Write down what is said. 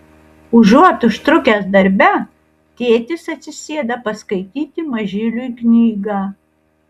užuot užtrukęs darbe tėtis atsisėda paskaityti mažyliui knygą